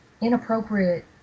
inappropriate